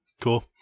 Cool